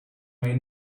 may